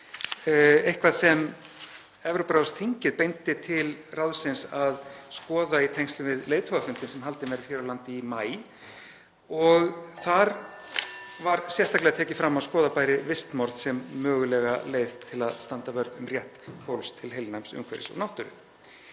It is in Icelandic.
eitthvað sem Evrópuráðsþingið beindi til ráðsins að skoða í tengslum við leiðtogafundinn sem haldinn var hér á landi í maí. (Forseti hringir.) Þar var sérstaklega tekið fram að skoða bæri vistmorð sem mögulega leið til að standa vörð um rétt fólks til heilnæms umhverfis og náttúru.